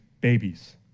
babies